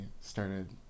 started